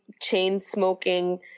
chain-smoking